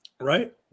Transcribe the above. Right